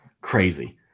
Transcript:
crazy